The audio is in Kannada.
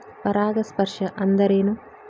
ಪರಾಗಸ್ಪರ್ಶ ಅಂದರೇನು?